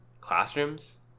classrooms